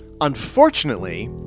Unfortunately